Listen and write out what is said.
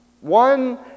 one